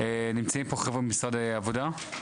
נמצאים פה חברי משרד העבודה.